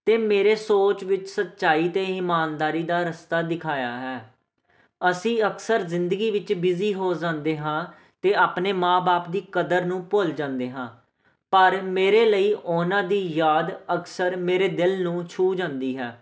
ਅਤੇ ਮੇਰੇ ਸੋਚ ਵਿੱਚ ਸੱਚਾਈ ਅਤੇ ਇਮਾਨਦਾਰੀ ਦਾ ਰਸਤਾ ਦਿਖਾਇਆ ਹੈ ਅਸੀਂ ਅਕਸਰ ਜ਼ਿੰਦਗੀ ਵਿੱਚ ਬਿਜ਼ੀ ਹੋ ਜਾਂਦੇ ਹਾਂ ਤੇ ਆਪਣੇ ਮਾਂ ਬਾਪ ਦੀ ਕਦਰ ਨੂੰ ਭੁੱਲ ਜਾਂਦੇ ਹਾਂ ਪਰ ਮੇਰੇ ਲਈ ਉਹਨਾਂ ਦੀ ਯਾਦ ਅਕਸਰ ਮੇਰੇ ਦਿਲ ਨੂੰ ਛੂਹ ਜਾਂਦੀ ਹੈ